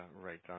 right